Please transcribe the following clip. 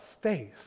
faith